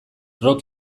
rock